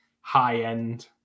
high-end